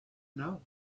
know